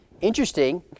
Interesting